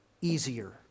easier